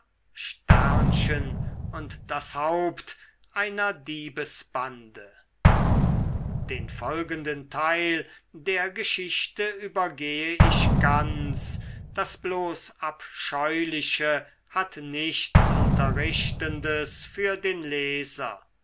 und das haupt einer diebesbande den folgenden teil der geschichte übergehe ich ganz das bloß abscheuliche hat nichts unterrichtendes für den leser